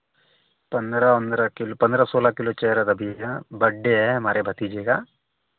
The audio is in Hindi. पन्द्रह वन्द्रह किलो पन्द्रह सोलह किलो चाह रहा था भैया बड्डे है हमारे भतीजे का